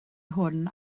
hwn